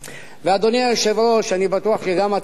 אדוני היושב-ראש, אני בטוח שגם אתה,